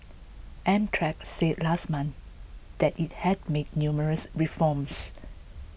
Amtrak said last month that it had made numerous reforms